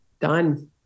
Done